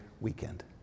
weekend